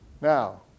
Now